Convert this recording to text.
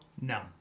No